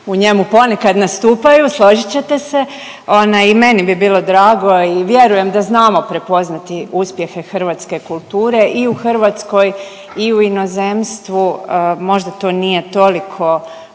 u njemu ponekad nastupaju. Složit ćete se i meni bi bilo drago i vjerujem da znamo prepoznati uspjehe hrvatske kulture i u Hrvatskoj i u inozemstvu. Možda to nije toliko